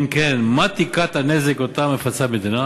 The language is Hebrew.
2. אם כן, מה היא תקרת הנזק שהמדינה מפצה עליו?